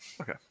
okay